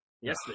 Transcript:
Yes